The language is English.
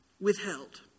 withheld